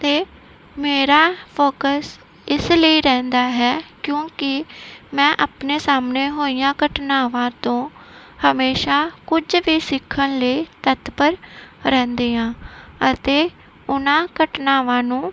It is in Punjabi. ਤੇ ਮੇਰਾ ਫੋਕਸ ਇਸ ਲਈ ਰਹਿੰਦਾ ਹੈ ਕਿਉਂਕਿ ਮੈਂ ਆਪਣੇ ਸਾਹਮਣੇ ਹੋਈਆ ਘਟਨਾਵਾਂ ਤੋਂ ਹਮੇਸ਼ਾ ਕੁਝ ਵੀ ਸਿੱਖਣ ਲਈ ਤਤਪਰ ਰਹਿੰਦੀ ਹਾਂ ਅਤੇ ਉਹਨਾਂ ਘਟਨਾਵਾਂ ਨੂੰ